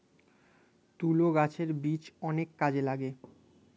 তুলো গাছের বীজ অনেক কাজে লাগে